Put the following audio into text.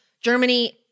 Germany